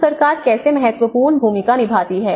तो सरकार कैसे महत्वपूर्ण भूमिका निभाती है